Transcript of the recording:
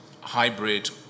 hybrid